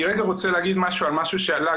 אני רגע רוצה להגיד משהו על משהו שעלה,